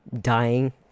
dying